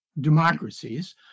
democracies